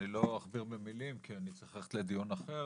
אני לא אכביר במילים כי אני צריך ללכת לדיון אחר